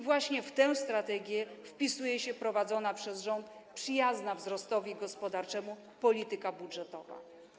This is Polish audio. W tę strategię wpisuje się prowadzona przez rząd przyjazna wzrostowi gospodarczemu polityka budżetowa.